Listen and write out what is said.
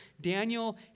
Daniel